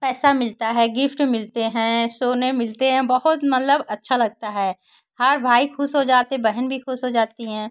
पैसा मिलता है गिफ़्ट मिलते हैं सोने मिलते हैं बहुत मतलब अच्छा लगता है हर भाई ख़ुश हो जाते बहन भी ख़ुश हो जाती हैं